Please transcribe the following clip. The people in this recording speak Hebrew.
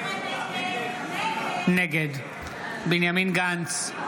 נגד בנימין גנץ,